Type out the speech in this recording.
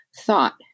thought